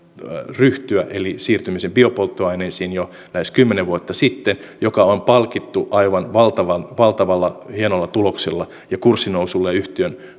ryhtyä eli siirtymisen biopolttoaineisiin jo lähes kymmenen vuotta sitten mikä on palkittu aivan valtavan valtavan hienoilla tuloksilla ja kurssinousulla ja yhtiön